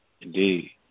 Indeed